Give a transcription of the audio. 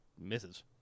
misses